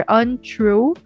untrue